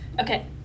okay